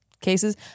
cases